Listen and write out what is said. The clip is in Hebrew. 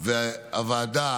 הוועדה